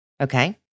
Okay